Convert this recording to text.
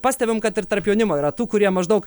pastebim kad ir tarp jaunimo yra tų kurie maždaug